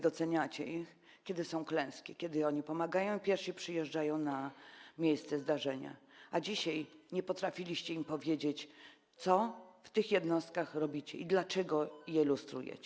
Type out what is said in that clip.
Doceniacie je, kiedy są klęski, kiedy one pomagają i pierwsze przyjeżdżają na miejsce zdarzenia, a dzisiaj nie potrafiliście im powiedzieć, co robicie w tych jednostkach i dlaczego je lustrujecie.